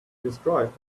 describe